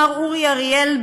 מר אורי אריאל,